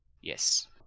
Yes